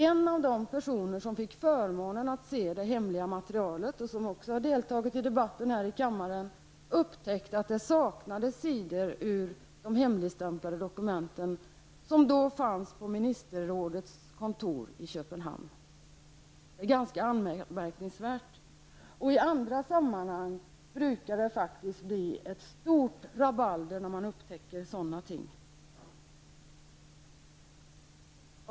En av de personer som fick förmånen att se det hemliga materialet och som också har deltagit i debatten här i kammaren upptäckte att det saknades sidor i de hemligstämplade dokumenten, som då fanns på Ministerrådets kontor i Köpenhamn. Det är ganska anmärkningsvärt, och i andra sammanhang brukar det faktiskt bli ett stort rabalder när man upptäcker sådana ting.